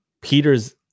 Peter's